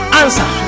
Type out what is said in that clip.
answer